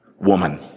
woman